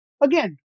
Again